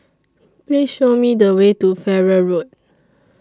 Please Show Me The Way to Farrer Road